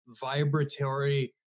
vibratory